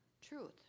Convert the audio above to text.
truth